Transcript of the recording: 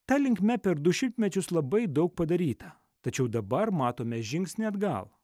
ta linkme per du šimtmečius labai daug padaryta tačiau dabar matome žingsnį atgal